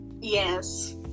Yes